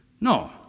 No